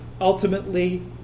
Ultimately